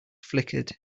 flickered